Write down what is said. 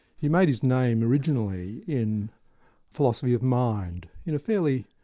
he made his name originally in philosophy of mind, in a fairly,